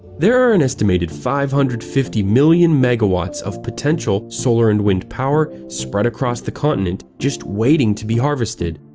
there are an estimated five hundred and fifty million megawatts of potential solar and wind power spread across the continent, just waiting to be harvested.